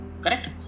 Correct